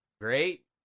great